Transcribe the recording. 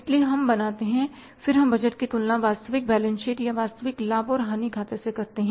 इसलिए हम बनाते हैंफिर हम बजट की तुलना वास्तविक बैलेंस शीट या वास्तविक लाभ और हानि खातों से करते हैं